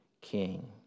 king